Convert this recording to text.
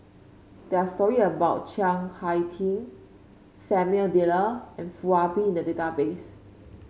there are stories about Chiang Hai Ding Samuel Dyer and Foo Ah Bee in the database